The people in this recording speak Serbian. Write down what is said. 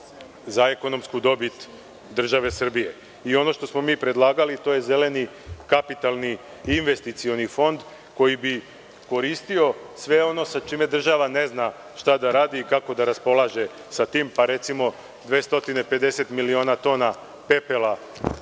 za ekonomsku dobit države Srbije. Ono što smo mi predlagali je zeleni kapitalni investicioni fond koji bi koristio sve ono sa čime država ne zna šta da radi i kako da raspolaže sa tim, pa recimo 250 miliona tona pepela